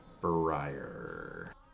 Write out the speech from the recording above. Briar